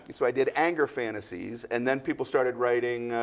so i did anger fantasies. and then, people started writing,